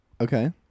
Okay